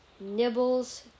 Nibbles